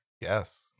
Yes